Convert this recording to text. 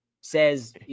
says